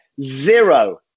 zero